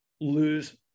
lose